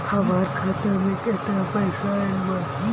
हमार खाता मे केतना पईसा आइल बा?